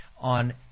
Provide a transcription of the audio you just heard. on